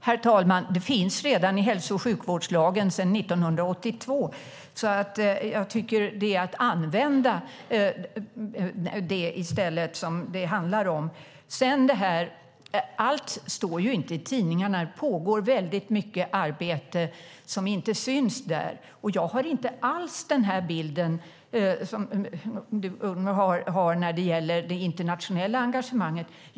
Herr talman! Det finns redan i hälso och sjukvårdslagen sedan 1982. Det handlar om att använda den möjligheten. Allt står inte i tidningarna. Det pågår mycket arbete som inte syns där. Jag har inte alls den bild som du har när det gäller det internationella engagemanget.